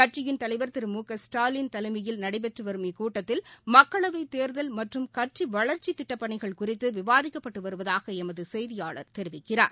கட்சியின் தலைவர் திரு மு க ஸ்டாவின் தலைமையில் நடைபெற்றுவரும் இக்கூட்டத்தில் மக்களவைத் கட்சிவளர்ச்சித் தேர்தல் மற்றும் திட்டப்பணிகள் குறித்துவிவாதிக்கப்பட்டுவருவதாகஎமதுசெய்தியாளர் தெரிவிக்கிறார்